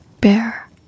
bear